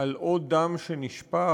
על עוד דם שנשפך,